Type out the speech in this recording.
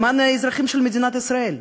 למען האזרחים של מדינת ישראל?